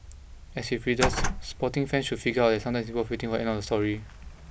as with readers sporting fans should figure out that sometimes waiting for the end of a story